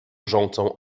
wrzącą